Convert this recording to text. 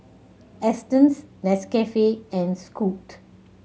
Astons Nescafe and Scoot